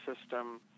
system